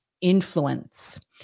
Influence